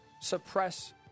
suppress